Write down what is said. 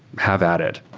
have at it.